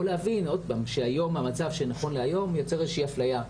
או להבין שהמצב נכון להיום יוצר איזושהי אפליה.